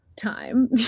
time